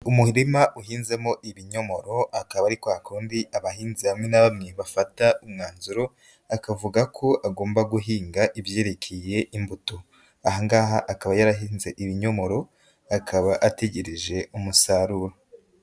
Umurima uhinzemo ibinyomoro, akaba ari kwa kundi abahinzi bamwe na bamwe bafata umwanzuro akavuga ko agomba guhinga ibyerekeye imbuto. Aha ngaha akaba yarahinze ibinyomoro akaba ategereje umusaruro.